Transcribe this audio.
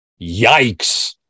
Yikes